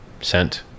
sent